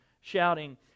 shouting